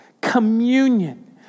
Communion